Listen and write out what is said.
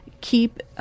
keep –